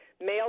Male